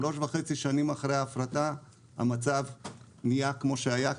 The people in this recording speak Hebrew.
שלוש וחצי שנים אחרי ההפרטה המצב נהיה כמו שהיה,